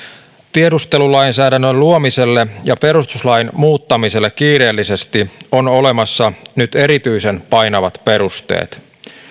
tiedustelulainsäädännön luomiselle ja perustuslain muuttamiselle kiireellisesti on olemassa nyt erityisen painavat perusteet